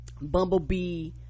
Bumblebee